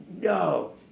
no